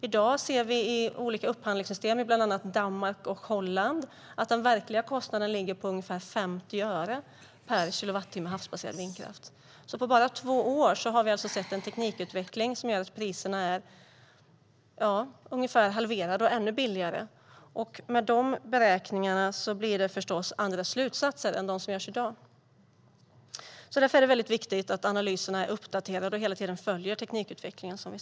I dag ser vi i olika upphandlingssystem i bland annat Danmark och Holland att den verkliga kostnaden ligger på ungefär 50 öre per kilowattimme havsbaserad vindkraft. På bara två år har det alltså skett en teknikutveckling som gjort att priserna mer än halverats. Med de beräkningarna blir det förstås andra slutsatser än de som dras i dag. Därför är det väldigt viktigt att analyserna är uppdaterade och hela tiden följer teknikutvecklingen.